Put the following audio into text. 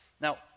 Now